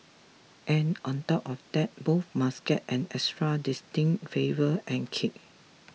and on top of that both must get an extra distinct flavour and kick